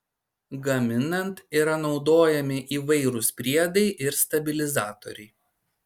gaminant yra naudojami įvairūs priedai ir stabilizatoriai